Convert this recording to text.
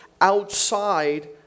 outside